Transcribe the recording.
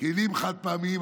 כלים חד-פעמיים,